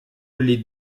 les